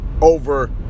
over